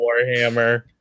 warhammer